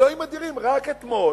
אלוהים אדירים, רק אתמול